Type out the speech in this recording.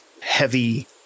heavy